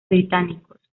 británicos